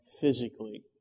physically